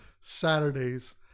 Saturdays